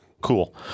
cool